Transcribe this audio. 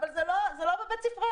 אבל זה לא בבית ספרנו,